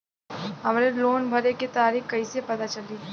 हमरे लोन भरे के तारीख कईसे पता चली?